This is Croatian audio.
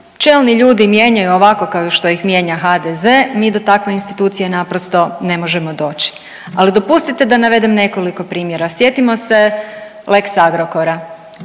čelni ljudi mijenjaju ovako kao što ih mijenja HDZ mi do takve institucije naprosto ne možemo doći, ali dopustite da navedem nekoliko primjera. Sjetimo se lex Agrokora,